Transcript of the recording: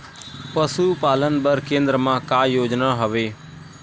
पशुपालन बर केन्द्र म का योजना हवे?